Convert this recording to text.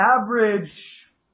average